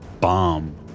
bomb